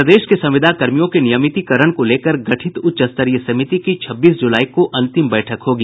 प्रदेश के संविदाकर्मियों के नियमितीकरण को लेकर गठित उच्च स्तरीय समिति की छब्बीस जुलाई को अंतिम बैठक होगी